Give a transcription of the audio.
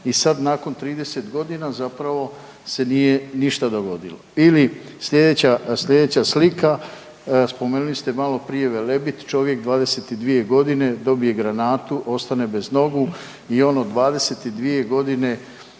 i sad nakon 30 godina zapravo se nije ništa dogodilo ili slijedeća slika spomenuli ste maloprije Velebit čovjek 22 godine dobije granatu ostane bez nogu i on od 22 godine,